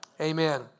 Amen